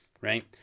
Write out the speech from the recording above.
right